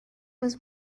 was